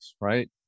right